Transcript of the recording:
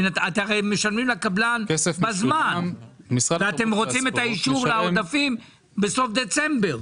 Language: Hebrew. אתם הרי משלמים לקבלן בזמן ואתם רוצים את האישור לעודפים בסוף דצמבר.